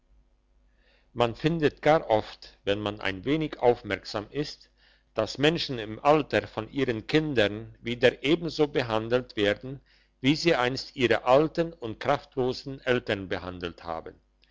man findet gar oft wenn man ein wenig aufmerksam ist dass menschen im alter von ihren kindern wieder ebenso behandelt werden wie sie einst ihre alten und kraftlosen eltern behandelt haben